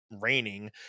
raining